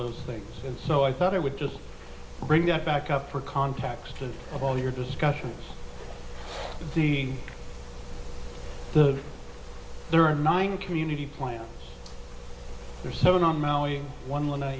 those things and so i thought i would just bring that back up for context of all your discussions and see the there are nine community plans there seven on maui one